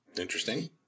interesting